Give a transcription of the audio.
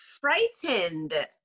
frightened